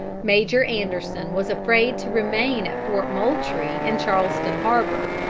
major anderson was afraid to remain at fort moultrie in charleston harbor,